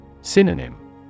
Synonym